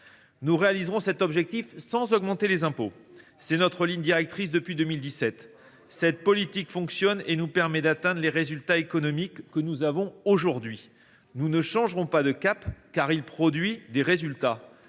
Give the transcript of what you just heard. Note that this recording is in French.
Nous réaliserons cet objectif sans augmenter les impôts. Ce sera pour l’an prochain ! Hélas ! C’est notre ligne directrice depuis 2017. Cette politique fonctionne et nous permet d’atteindre les résultats économiques que nous avons aujourd’hui. Nous ne changerons pas de cap, car il produit des résultats.